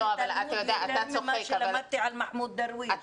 יותר ממה שלמדתי על מחמוד דרוויש.